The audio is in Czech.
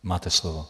Máte slovo.